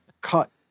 cut